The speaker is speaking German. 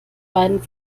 beiden